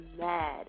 mad